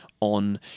on